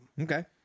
Okay